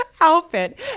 outfit